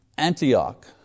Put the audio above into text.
Antioch